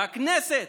והכנסת,